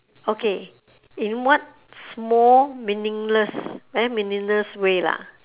okay in what small meaningless very meaningless way lah